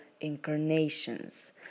incarnations